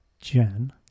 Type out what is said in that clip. Jen